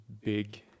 big